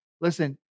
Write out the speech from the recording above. Listen